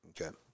Okay